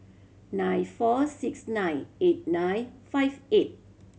nine four six nine eight nine five eight